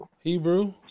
Hebrew